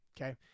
okay